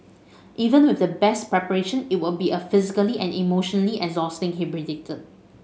even with the best preparation it will be a physically and emotionally exhausting he predicted